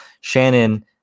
Shannon